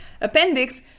appendix